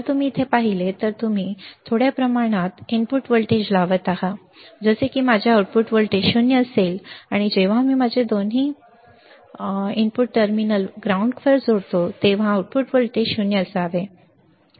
जर तुम्ही इथे पाहिले तर आम्ही थोड्या प्रमाणात इनपुट व्होल्टेज लावत आहोत जसे की माझे आउटपुट व्होल्टेज 0 असेल आणि जेव्हा मी माझे दोन्ही इनपुट टर्मिनल ग्राउंडवर जोडतो तेव्हा आउटपुट व्होल्टेज 0 असावे